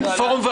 15:38.